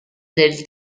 del